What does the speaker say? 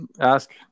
ask